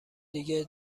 دیگه